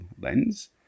lens